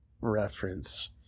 reference